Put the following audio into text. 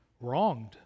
Wronged